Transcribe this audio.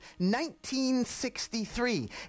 1963